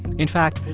in fact,